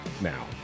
now